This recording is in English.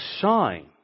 shine